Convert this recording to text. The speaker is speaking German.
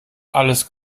alles